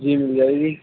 جی مل جائے گی